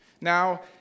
Now